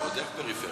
ועוד איך פריפריה.